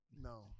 No